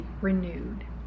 renewed